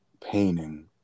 painting